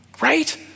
Right